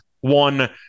one